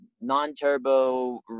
non-turbo